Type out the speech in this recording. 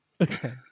okay